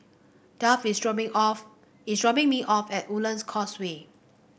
Duff is dropping off is dropping me off at Woodlands Causeway